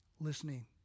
listening